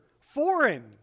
foreign